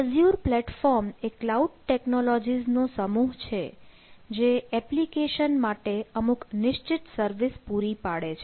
Azure platform એ cloud ટેક્નોલોજીસનો સમૂહ છે જે એપ્લિકેશન માટે અમુક નિશ્ચિત સર્વિસ પૂરી પાડે છે